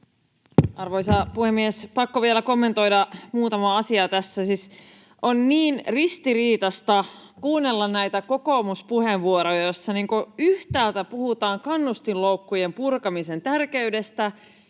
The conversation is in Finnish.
Arvoisa puhemies! Pakko vielä kommentoida muutamaa asiaa tässä. Siis on niin ristiriitaista kuunnella näitä kokoomuspuheenvuoroja, joissa yhtäältä puhutaan kannustinloukkujen purkamisen tärkeydestä